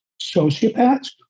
sociopaths